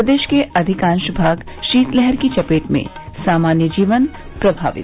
प्रदेश के अधिकांश भाग शीतलहर की चपेट में सामान्य जन जीवन प्रभावित